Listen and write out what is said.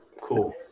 Cool